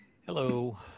Hello